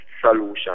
solution